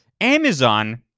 Amazon